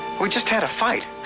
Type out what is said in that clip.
we just had a fight.